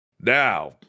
now